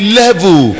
level